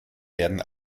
werden